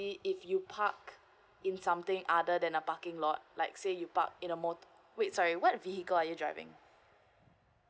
if you park in something other than the parking lot like say you park in the motor wait sorry what vehicle are you driving